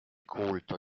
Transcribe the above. culto